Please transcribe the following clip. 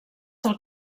del